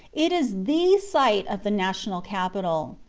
it is the sight of the national capital.